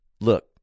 look